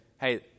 hey